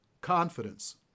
confidence